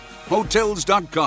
Hotels.com